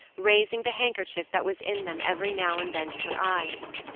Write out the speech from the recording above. raising the handkerchief that was in them every now and then to her eyes.